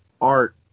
art